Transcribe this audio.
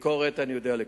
ביקורת אני יודע לקבל.